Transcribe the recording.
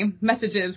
messages